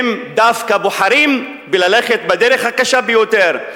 הם דווקא בוחרים ללכת בדרך הקשה ביותר,